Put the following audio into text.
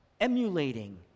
emulating